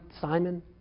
Simon